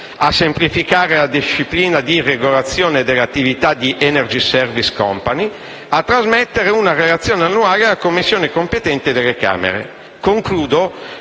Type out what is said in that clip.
a semplificare la disciplina di regolazione delle attività delle *energy service company*; a trasmettere una relazione annuale alle Commissioni competenti delle Camere.